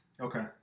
Okay